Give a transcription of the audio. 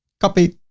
copy,